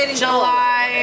July